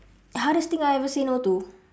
hardest thing I ever say no to